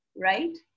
right